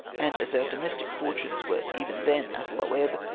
and as our domestic fortunes were even then at a low ebb,